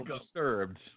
disturbed